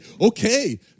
okay